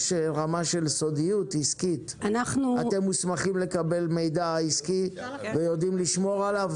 סודיות עסקית; אתם מוסמכים לקבל מידע עסקי ויודעים לשמור עליו?